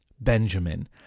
Benjamin